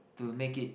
to make it